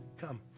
Come